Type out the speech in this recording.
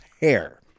hair